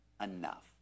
enough